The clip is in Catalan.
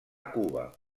cuba